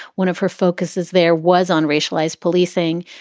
one of her focuses there was on racialized policing.